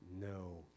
no